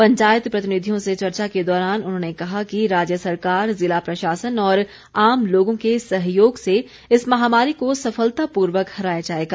पंचायत प्रतिनिधियों से चर्चा के दौरान उन्होंने कहा कि राज्य सरकार ज़िला प्रशासन और आम लोगों के सहयोग से इस महामारी को सफलतापूर्वक हराया जाएगा